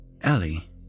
Ellie